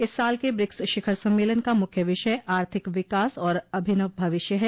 इस साल क ब्रिक्स शिखर सम्मेलन का मुख्य विषय आर्थिक विकास और अभिनव भविष्य है